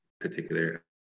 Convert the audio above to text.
particular